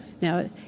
Now